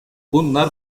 bunlar